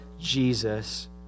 Jesus